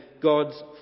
God's